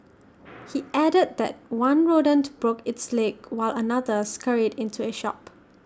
he added that one rodent broke its leg while another scurried into A shop